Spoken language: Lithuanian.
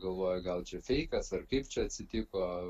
galvojau gal čia feikas ar kaip čia atsitiko